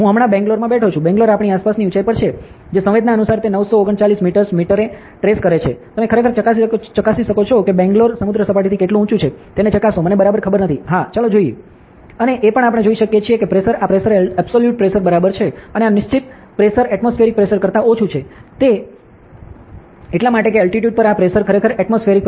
હું હમણાં બેંગ્લોરમાં બેઠું છું બેંગ્લોર આપણી આસપાસની ઉંચાઇ પર છે જે સંવેદના અનુસાર તે 939 meters મીટરે ટ્રેસ કરે છે તમે ખરેખર ચકાસી શકો છો કે બેંગ્લોર સમુદ્ર સપાટીથી કેટલું ઉંચુ છે તેને ચકાસો મને બરાબર ખબર નથી હા ચાલો જોઈએ અને એ પણ આપણે જોઈ શકીએ છીએ કે પ્રેશર આ પ્રેશર એ એબ્સોલૂટ પ્રેશર બરાબર છે અને આ નિશ્ચિત પ્રેશર એટમોસ્ફિએરિક પ્રેશર કરતા ઓછું છે તે એટલા માટે કે અલ્ટિટ્યુડ પર આ પ્રેશર ખરેખર એટમોસ્ફિએરિક પ્રેશર ઘટાડે છે